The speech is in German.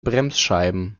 bremsscheiben